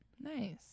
Nice